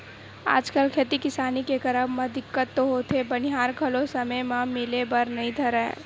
आजकल खेती किसानी के करब म दिक्कत तो होथे बनिहार घलो समे म मिले बर नइ धरय